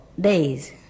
days